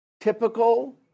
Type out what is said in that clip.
typical